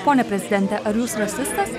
pone prezidente ar jūs rasistas